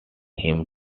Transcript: him